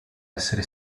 essere